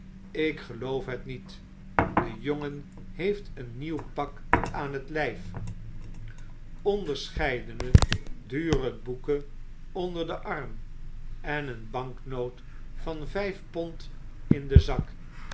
ik geloof het niet de jongen heeft een nieuw pak aan het lijf onderscheidene dure boeken onder den arm en eene banknoot van vijf pond in den zak